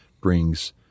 brings